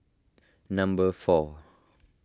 number four